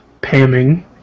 Pamming